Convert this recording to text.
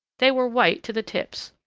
they were white to the tips,